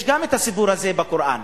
יש סיפור כזה גם בקוראן.